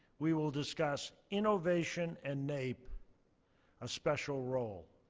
we will discuss innovation and naep a special role.